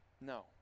no